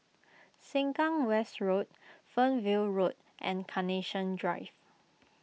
Sengkang West Road Fernvale Road and Carnation Drive